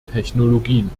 technologien